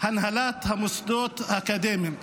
הנהלת המוסדות האקדמיים.